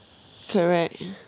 correct